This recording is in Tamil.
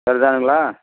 சரிதானுங்களா